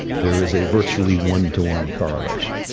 there is a virtually one to one correlation.